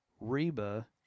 Reba